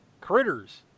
Critters